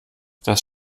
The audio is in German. das